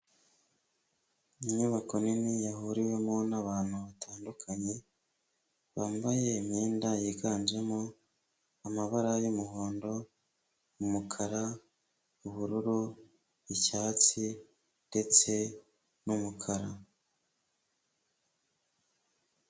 Inyubako nini yahuriwemo n'abantu batandukanye bambaye imyenda yiganjemo amabara y'umuhondo, umukara, ubururu, icyatsi ndetse n'umukara.